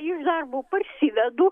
iš darbo parsivedu